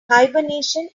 hibernation